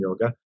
yoga